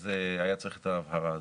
אז היה צריך את ההבהרה הזאת.